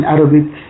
Arabic